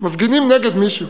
מפגינים נגד מישהו.